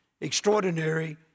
extraordinary